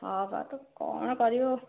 ହଁ ବା କ'ଣ କରିବ